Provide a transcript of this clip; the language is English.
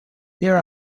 there